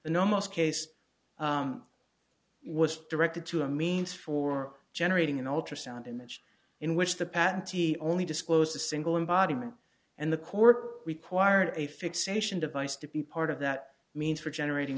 the no most case was directed to a means for generating an ultrasound image in which the patentee only disclosed a single embodiment and the court required a fixation device to be part of that means for generating